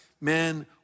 man